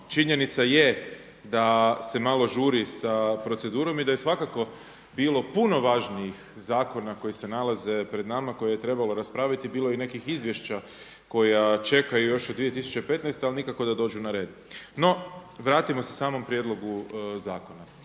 činjenica je da se malo žuri sa procedurom i da je svakako bilo puno važnijih zakona koji se nalaze pred nama koje je trebalo raspraviti. Bilo je nekih izvješća koja čekaju još od 2015. ali nikako da dođu na red. No, vratimo se samom prijedlogu zakona.